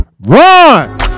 run